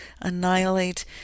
annihilate